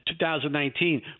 2019